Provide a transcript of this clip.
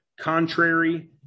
contrary